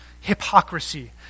hypocrisy